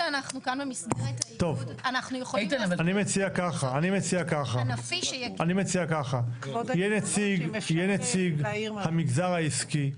אני מציע ככה: יהיה נציג המגזר העסקי.